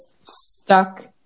stuck